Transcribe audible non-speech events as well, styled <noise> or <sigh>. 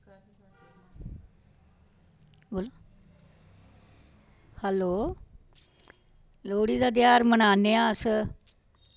<unintelligible> hello Lohri दा तेहार मनान्ने आं अस